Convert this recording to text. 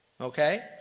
Okay